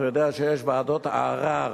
אתה יודע שיש ועדות ערר.